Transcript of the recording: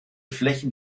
flächen